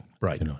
Right